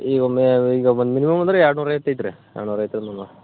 ಈಗ ಒಮ್ಮೆ ಈಗ ಬಂದರೂ ಅಂದರೆ ಎರಡು ನೂರೈವತ್ತು ಐತ್ರಿ ಎರಡು ನೂರೈವತ್ರಿಂದ ಮುನ್ನೂರು